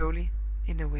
in a whisper.